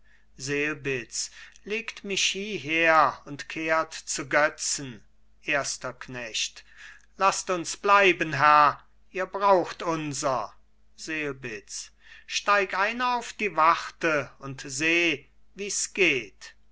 selbitz legt mich hieher und kehrt zu götzen erster knecht laßt uns bleiben herr ihr braucht unser selbitz steig einer auf die warte und seh wie's geht